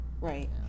Right